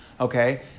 okay